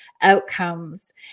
outcomes